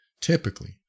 typically